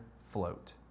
float